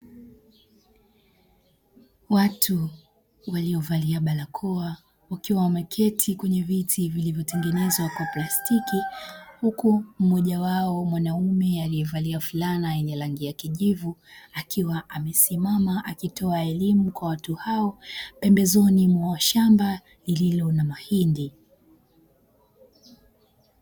Watu waliovalia barakoa wakiwa wameketi kwenye viti vilivyotengenezwa kwa plastiki, huku mmoja wao mwanaume aliyevalia fulana yenye rangi ya kijivu akiwa amesimama akitoa elimu kwa watu hao pembezoni mwa shamba lililo na mahindi.